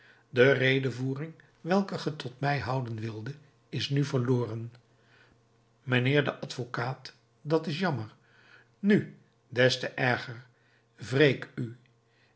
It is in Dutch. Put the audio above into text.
de redevoering welke ge tot mij houden wildet is nu verloren mijnheer de advocaat dat is jammer nu des te erger wreek u